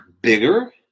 bigger